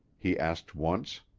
he asked once,